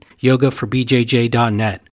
yogaforbjj.net